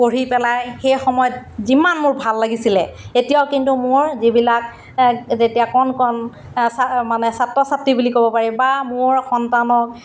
পঢ়ি পেলাই সেই সময়ত যিমান মোৰ ভাল লাগিছিলে এতিয়াও কিন্তু মোৰ যিবিলাক যেতিয়া কণ কণ মানে ছা ছাত্ৰ ছাত্ৰী বুলি ক'ব পাৰি বা মোৰ সন্তানক